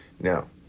Now